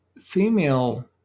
female